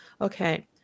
okay